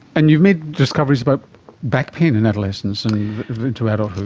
and you've made discoveries about back pain in adolescence and into adulthood.